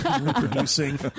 reproducing